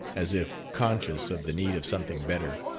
as if conscious of the need of something better,